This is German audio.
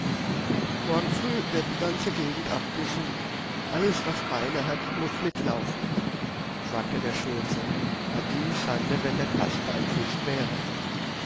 morgen früh wird die ganze gegend abgesucht alles was beine hat muß mitlaufen sagte der schulze na die schande wenn der kasper entwischt wäre